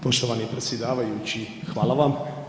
Poštovani predsjedavajući hvala vam.